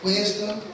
Wisdom